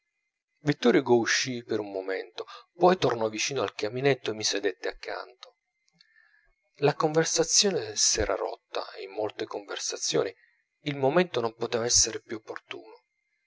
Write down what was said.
vittor hugo uscì per un momento poi tornò vicino al camminetto e mi sedette accanto la conversazione s'era rotta in molte conversazioni il momento non poteva essere più opportuno